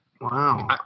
Wow